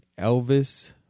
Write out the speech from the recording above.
Elvis